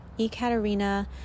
Ekaterina